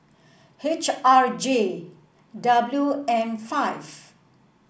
H R J W M five